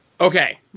Okay